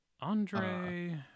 Andre